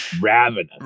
ravenous